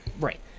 Right